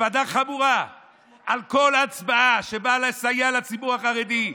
הקפדה חמורה על כל הצבעה שבאה לסייע לציבור החרדי.